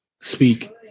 Speak